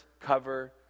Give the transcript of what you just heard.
cover